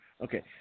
Okay